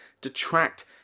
detract